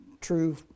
true